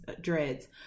dreads